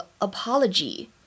apology